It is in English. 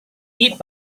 eat